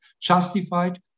Justified